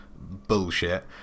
bullshit